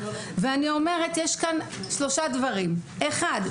יש כאן שלושה דברים: אחד,